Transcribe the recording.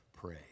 pray